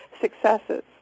Successes